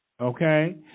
okay